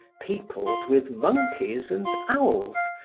peopled with monkeys and owls,